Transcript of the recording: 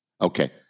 Okay